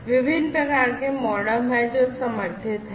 विभिन्न प्रकार के MODEM हैं जो समर्थित हैं